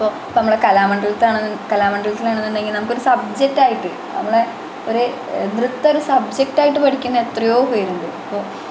ഇപ്പോൾ ഇപ്പം നമ്മൾ കലാമണ്ഡലത്തിലാണ് കലാമണ്ഡലത്തിലാണെന്നുണ്ടെങ്കിൽ നമുക്ക് ഒരു സബ്ജെക്റ്റായിട്ട് നമ്മളെ ഒരു നൃത്തമൊരു സബ്ജെക്റ്റായിട്ട് പഠിക്കുന്ന എത്രയോ പേരുണ്ട് ഇപ്പോൾ